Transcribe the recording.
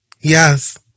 Yes